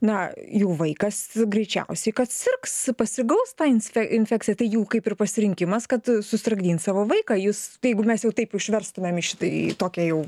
na jų vaikas greičiausiai kad sirgs pasigaus tą insfe infekcija tai jų kaip ir pasirinkimas kad susargdint savo vaiką jus tai jeigu mes jau taip išverstamem į šitą tokia jau